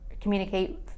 communicate